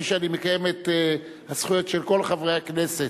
שאני מקיים את הזכויות של כל חברי הכנסת.